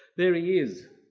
there he is.